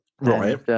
Right